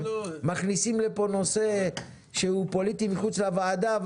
מכניסים לפה נושא שהוא פוליטי מחוץ לוועדה,